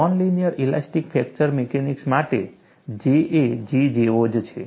non linear elastic fracture mechanics માટે J એ G જેવો જ છે